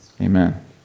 amen